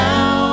Now